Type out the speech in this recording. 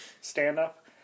stand-up